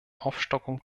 aufstockung